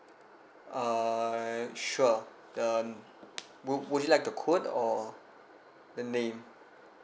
I sure the would would you like the code or the name